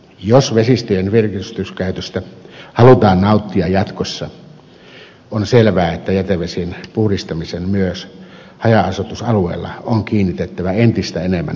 jos vesistöjen virkistyskäytöstä halutaan nauttia jatkossa on selvää että jätevesien puhdistamiseen on kiinnitettävä entistä enemmän huomiota myös haja asutusalueilla